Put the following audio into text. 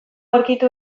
aurkitu